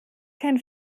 kein